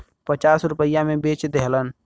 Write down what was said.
पचास रुपइया मे बेच देहलन